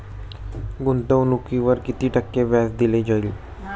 गुंतवणुकीवर किती टक्के व्याज दिले जाईल?